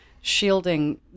shielding